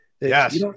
Yes